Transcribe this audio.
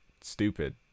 stupid